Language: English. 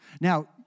Now